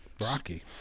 Rocky